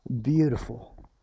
beautiful